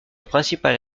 principale